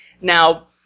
Now